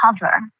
cover